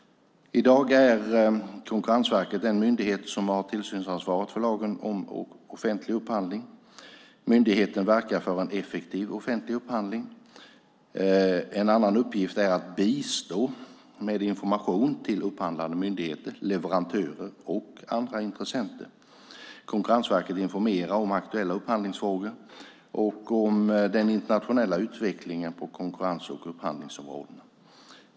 I dag är Konkurrensverket den myndighet som har tillsynsansvaret för lagen om offentlig upphandling. Myndigheten verkar för en effektiv offentlig upphandling. En annan uppgift är att bistå med information till upphandlande myndigheter, leverantörer och andra intressenter. Konkurrensverket informerar om aktuella upphandlingsfrågor och om den internationella utvecklingen på konkurrens och upphandlingsområdena.